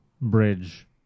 bridge